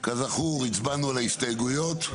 כזכור, הצבענו על ההסתייגויות.